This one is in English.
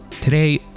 Today